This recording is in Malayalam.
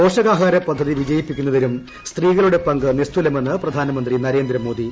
പോഷകാഹാര പദ്ധതി വിജയിപ്പിക്കുന്നതിലും സ്ത്രീകളുടെ പങ്ക് നിസ്തുലമെന്ന് പ്രധാനമന്ത്രി നരേന്ദ്രേമോദി